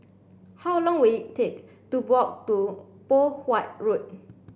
how long will it take to walk to Poh Huat Road